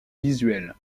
visuel